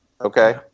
okay